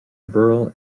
rural